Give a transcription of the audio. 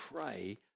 pray